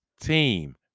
team